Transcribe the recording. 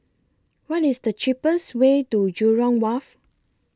What IS The cheapest Way to Jurong Wharf